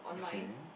okay